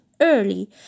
early